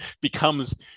becomes